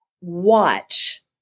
watch